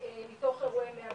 מתוך אירועי 105